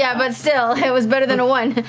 yeah but still, it was better than a one.